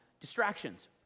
distractions